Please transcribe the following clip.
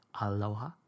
Aloha